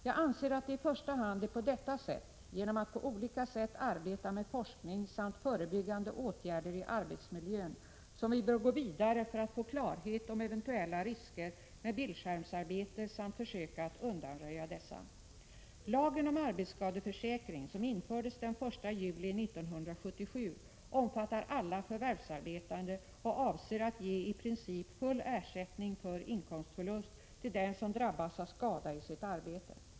Jag anser att det i första hand är på detta sätt — genom att på olika sätt arbeta med forskning samt förebyggande åtgärder i arbetsmiljön — som vi bör gå vidare för att få klarhet om eventuella risker med bildskärmsarbete samt försöka att undanröja dessa. Lagen om arbetsskadeförsäkring, som infördes den 1 juli 1977, omfattar alla förvärvsarbetande och avser att ge i princip full ersättning för inkomstförlust till den som drabbas av skada i sitt arbete.